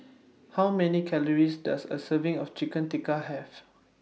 How Many Calories Does A Serving of Chicken Tikka Have